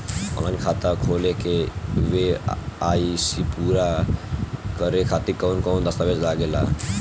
Online खाता खोले में के.वाइ.सी पूरा करे खातिर कवन कवन दस्तावेज लागे ला?